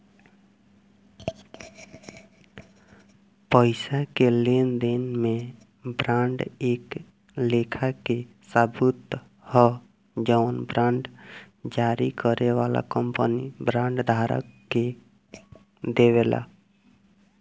पईसा के लेनदेन में बांड एक लेखा के सबूत ह जवन बांड जारी करे वाला कंपनी बांड धारक के देवेला